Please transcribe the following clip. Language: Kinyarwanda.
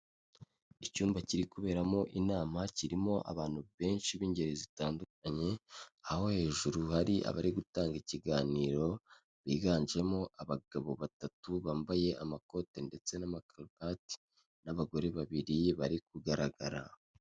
Icyumba kiri kuberamo inama, kirimo abantu benshi b'ingeri zitandukanye, aho hejuru hari abari gutanga ikiganiro, biganjemo abagabo batatu bambaye amakoti ndetse n'amakaruvati, n'abagore babiri bari kugaragara.